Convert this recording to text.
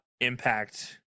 impact